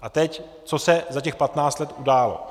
A teď, co se za těch 15 let událo?